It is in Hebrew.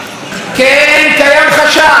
אכן, אנחנו עדיין דמוקרטיה.